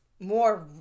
more